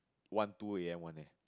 one two A_M one eh